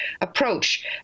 approach